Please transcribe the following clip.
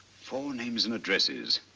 four names and addresses,